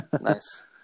Nice